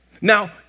Now